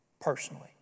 personally